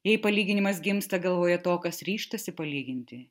jei palyginimas gimsta galvoje to kas ryžtasi palyginti